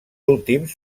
últims